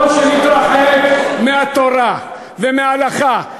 ככל שנתרחק מהתורה ומההלכה,